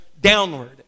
downward